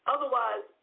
Otherwise